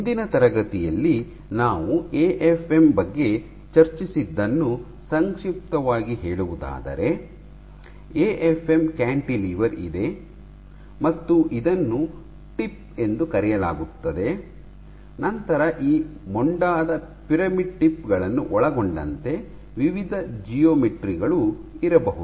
ಹಿಂದಿನ ತರಗತಿಯಲ್ಲಿ ನಾವು ಎಎಫ್ಎಂ ಬಗ್ಗೆ ಚರ್ಚಿಸಿದ್ದನ್ನು ಸಂಕ್ಷಿಪ್ತವಾಗಿ ಹೇಳುವುದಾದರೆ ಎಎಫ್ಎಂ ಕ್ಯಾಂಟಿಲಿವರ್ ಇದೆ ಮತ್ತು ಇದನ್ನು ಟಿಪ್ ಎಂದು ಕರೆಯಲಾಗುತ್ತದೆ ನಂತರ ಈ ಮೊಂಡಾದ ಪಿರಮಿಡ್ ಟಿಪ್ ಗಳನ್ನು ಒಳಗೊಂಡಂತೆ ವಿವಿಧ ಜಿಯೋಮೆಟ್ರಿ ಗಳು ಇರಬಹುದು